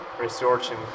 researching